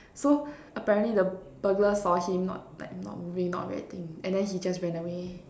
so apparently the burglar saw him not like not moving not reacting and then he just ran away